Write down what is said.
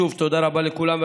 שוב, תודה רבה לכולם.